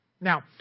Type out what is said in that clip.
Now